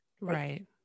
Right